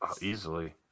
Easily